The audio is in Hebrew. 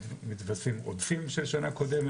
מתווספים גם עודפים משנה קודמת,